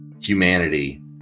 humanity